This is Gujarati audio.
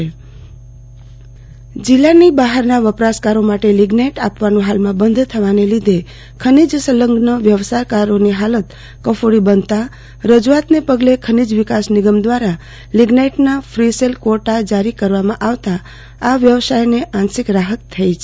આરતી ભટ લીગ્નાઈટ જિલ્લા બહારના વપરાશકારો માટે લિગ્નાઈટ આપવાન હાલમા બંધ થવાને લીધે ખનિજ સંગ્લન વ્યવસાયકારોની હાલત કફોડી બનતા રજઆતને પગલે ખનિજ વિકાસ નિગમ દવારા લિગ્નાઈટના ફી સેલ કવોટા જારી કરવામાં આવતાં વ્યવસાયને આંશિક રાહત થઈ છે